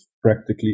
practically